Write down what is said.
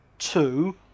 Two